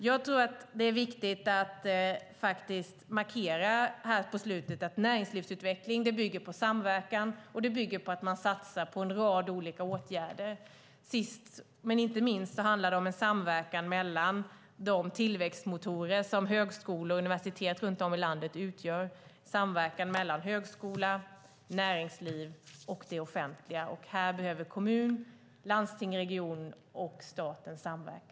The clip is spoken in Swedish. Jag tror att det är viktigt att här på slutet markera att näringslivsutveckling bygger på samverkan och på att man satsar på en rad olika åtgärder. Sist men inte minst handlar det om en samverkan mellan de tillväxtmotorer som högskolor och universitet runt om i landet utgör. Det handlar om samverkan mellan högskola, näringsliv och det offentliga. Här behöver kommuner, landsting, regioner och stat samverka.